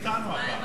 תצביעי אתנו.